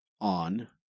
on